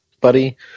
Buddy